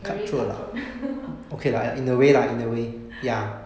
very cut throat